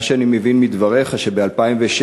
מה שאני מבין מדבריך, שב-2007,